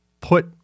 put